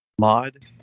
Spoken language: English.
mod